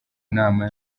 nama